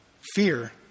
fear